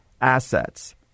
assets